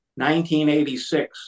1986